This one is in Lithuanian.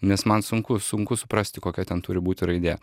nes man sunku sunku suprasti kokia ten turi būti raidė